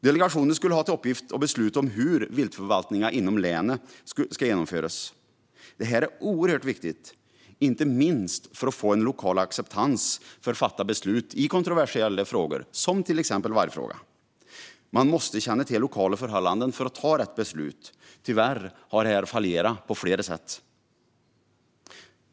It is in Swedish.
Delegationen skulle ha till uppgift att besluta om hur viltförvaltningen inom länet ska genomföras. Detta är oerhört viktigt, inte minst för att få en lokal acceptans för fattade beslut i kontroversiella frågor, till exempel vargfrågan. Man måste känna till lokala förhållanden för att ta rätt beslut. Tyvärr har detta fallerat på flera sätt.